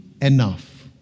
enough